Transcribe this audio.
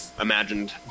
imagined